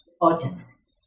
audience